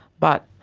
but